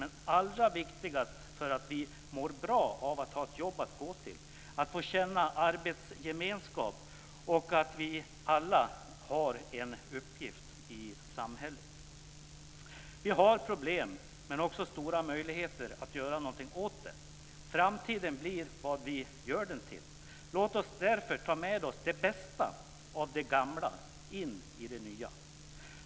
Men allra viktigast är det därför att vi mår bra av att ha ett jobb att gå till, av att få känna arbetsgemenskap, av att vi alla har en uppgift i samhället. Vi har problem men även stora möjligheter att göra något åt dem. Framtiden blir vad vi gör den till. Låt oss därför ta med oss det bästa av det gamla in i det nya.